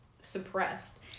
suppressed